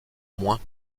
moins